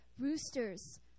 roosters